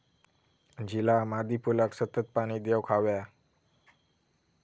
झिला मादी फुलाक सतत पाणी देवक हव्या